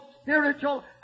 spiritual